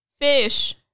fish